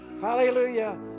hallelujah